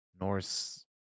Norse